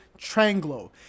Tranglo